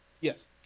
Yes